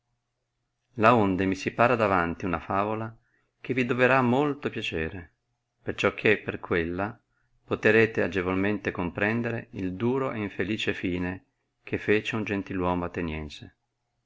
morte laonde mi si para davanti una favola che vi doverà molto piacere perciò che per quella poterete agevolmente comprendere il duro ed infelice fine che fece un gentiluomo ateniense